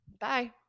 Bye